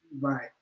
Right